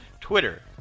Twitter